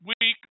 week